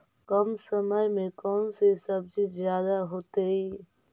कम समय में कौन से सब्जी ज्यादा होतेई?